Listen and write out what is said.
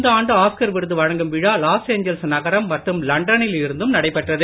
இந்த ஆண்டு ஆஸ்கர் விருது வழங்கும் விழா லாஸ் ஏஞ்சல்ஸ் நகரம் மற்றும் லண்டனிலிருந்தும் நடைபெற்றது